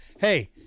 Hey